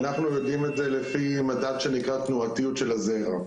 ואנחנו יודעים את זה לפי מדד שנקרא תנועתיות של הזרע.